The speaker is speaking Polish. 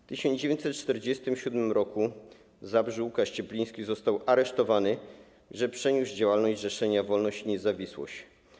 W 1947 r. w Zabrzu Łukasz Ciepliński został aresztowany, gdzie przeniósł działalność Zrzeszenia „Wolność i Niezawisłość”